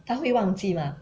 他会忘记吗